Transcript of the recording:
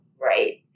Right